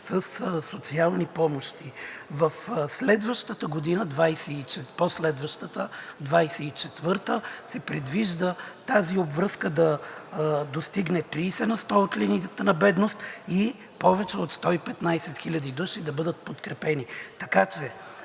със социални помощи. В по-следващата година – 2024 г., се предвижда тази обвръзка да достигне 30% от линията на бедност и повече от 115 хил. души да бъдат подкрепени.